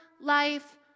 life